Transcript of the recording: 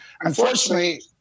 unfortunately